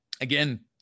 Again